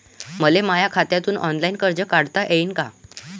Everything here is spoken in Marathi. मले माया खात्यातून ऑनलाईन कर्ज काढता येईन का?